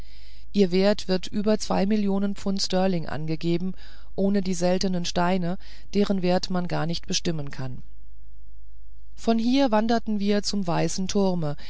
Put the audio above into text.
ihr wert wird über zwei millionen pfund sterling angegeben ohne die seltenen steine deren wert man gar nicht bestimmen kann von hier wandten wir uns zum weißen turme